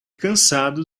cansado